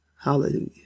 Hallelujah